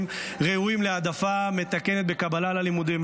ראויים להעדפה מתקנת בקבלה ללימודים.